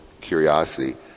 curiosity